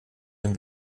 dem